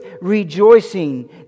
rejoicing